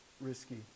risky